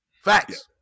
Facts